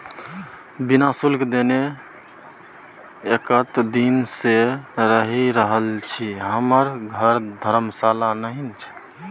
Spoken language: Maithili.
बिना शुल्क देने एतेक दिन सँ रहि रहल छी हमर घर धर्मशाला नहि छै